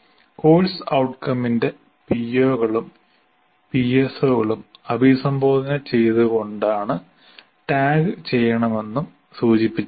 course ഔട്ട്കമിൻറെ പിഒകളും പിഎസ്ഒകളും അഭിസംബോധന ചെയ്തുകൊണ്ട് ടാഗ് ചെയ്യണമെന്നും സൂചിപ്പിച്ചിരുന്നു